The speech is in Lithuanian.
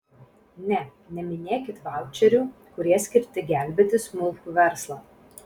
ne neminėkit vaučerių kurie skirti gelbėti smulkų verslą